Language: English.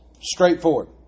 straightforward